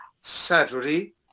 saturday